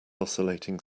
oscillating